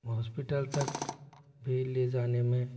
hospital तक भी ले जाने में